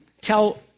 tell